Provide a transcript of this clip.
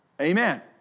Amen